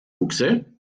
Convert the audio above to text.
buchse